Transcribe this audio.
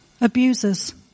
abusers